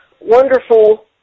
wonderful